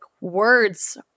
words